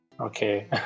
Okay